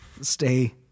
Stay